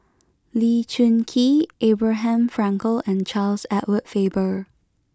Lee Choon Kee Abraham Frankel and Charles Edward Faber